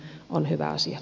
tämä on hyvä asia